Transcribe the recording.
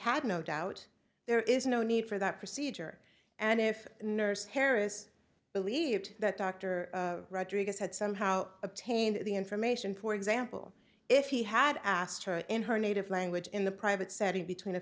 had no doubt there is no need for that procedure and if nurse harris believed that dr rodriguez had somehow obtained the information for example if he had asked her in her native language in the private setting between a